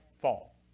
Fall